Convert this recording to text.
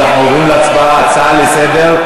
אנחנו עוברים להצבעה על ההצעה לסדר-היום.